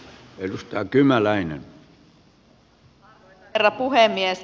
arvoisa herra puhemies